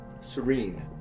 serene